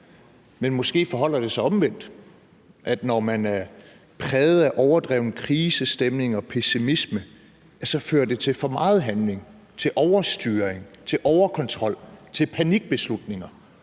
Men måske forholder det sig omvendt, altså at det, når man er præget af overdreven krisestemning og pessimisme, så fører til for meget handling, til overstyring, til overkontrol og til panikbeslutninger,